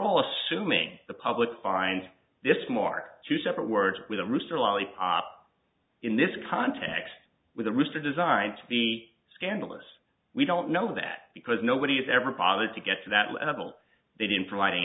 all assuming the public finds this mark two separate words with a rooster lollipop in this context with a rooster designed to be scandalous we don't know that because nobody has ever bothered to get to that level they didn't provid